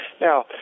Now